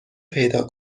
پیدا